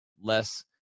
less